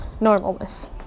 normalness